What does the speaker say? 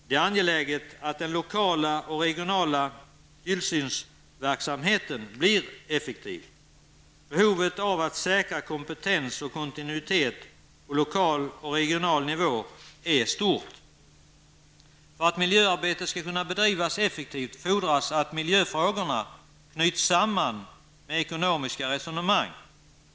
Det är angeläget att den lokala och regionala tillsynsverksamheten blir effektiv. Behovet av att säkra kompetens och kontinuitet på lokal och regional och nivå är stort. För att miljöarbetet skall kunna bedrivas effektivt fordras att miljöfrågorna knyts samman med ekonomiska resonemang.